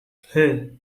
hey